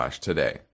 today